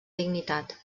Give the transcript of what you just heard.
dignitat